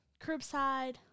Curbside